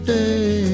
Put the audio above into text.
day